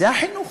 זה החינוך.